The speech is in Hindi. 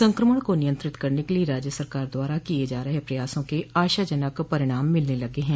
संक्रमण को नियंत्रित करने के लिये राज्य सरकार द्वारा किये जा रहे प्रयासों के आशाजनक परिणाम मिलने लगे हैं